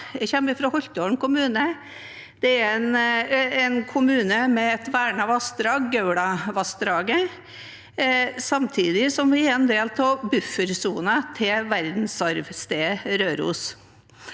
Jeg kommer fra Holtålen kommune. Det er en kommune med et vernet vassdrag, Gaulavassdraget, samtidig som vi er en del av buffersonen til verdensarvstedet Røros.